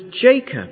Jacob